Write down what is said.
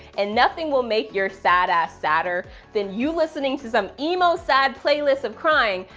and nothing will make your sad ass sadder than you listening to some emo sad playlist of crying,